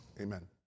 Amen